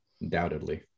undoubtedly